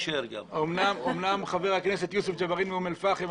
אמנם חבר הכנסת יוסף ג'בארין מאום אל פאחם,